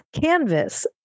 canvas